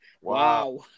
Wow